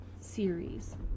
series